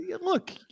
Look